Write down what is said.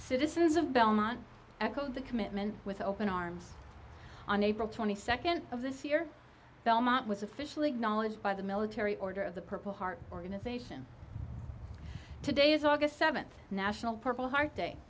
citizens of belmont the commitment with open arms on april twenty second of this year belmont was officially acknowledged by the military order of the purple heart organization today is august seventh national purple heart day